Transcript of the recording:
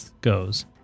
goes